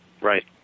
Right